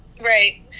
Right